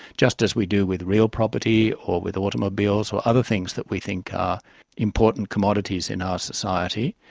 just as we do with real property or with automobiles or other things that we think are important commodities in our society.